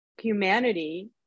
humanity